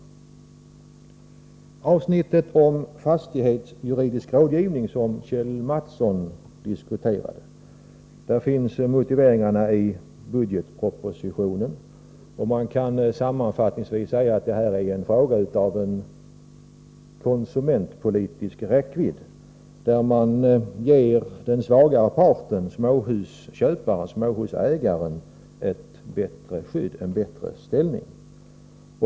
När det gäller avsnittet om fastighetsjuridisk rådgivning, som Kjell Mattsson diskuterade, finns motiveringarna i budgetpropositionen. Man kan sammanfattningsvis säga att detta är en fråga med konsumentpolitisk räckvidd, där man ger den svagare parten, småhusköparen/småhusägaren, ett bättre skydd och en bättre ställning.